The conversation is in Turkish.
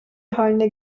haline